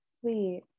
Sweet